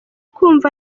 kumva